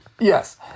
Yes